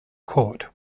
court